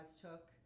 took